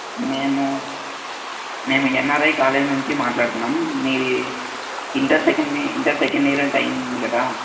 మేము మేము NRI college నుంచి మాట్లాడుతున్నాము మీది inter second inter second year అంట అయ్యింది కదా